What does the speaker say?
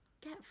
get